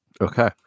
Okay